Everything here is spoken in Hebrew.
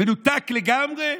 מנותק לגמרי?